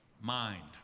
mind